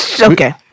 Okay